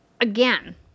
again